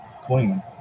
Queen